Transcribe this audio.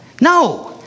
No